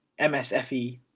MSFE